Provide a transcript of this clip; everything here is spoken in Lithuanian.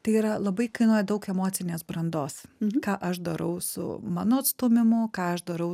tai yra labai kainuoja daug emocinės brandos ką aš darau su mano atstūmimu ką aš darau